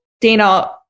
Dana